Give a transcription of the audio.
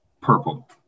purple